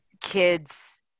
kids